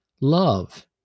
Love